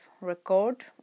record